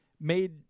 made